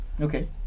Okay